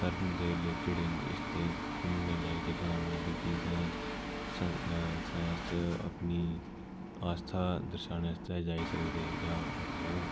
धर्म दे रिलेटड न इसदे घूमने लेई जेह्का मतलब कि असें इत्थै अस अपनी आस्था दर्शाने आस्तै जाई सकदे जां अपने